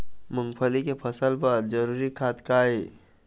मूंगफली के फसल बर जरूरी खाद का ये?